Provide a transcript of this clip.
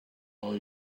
all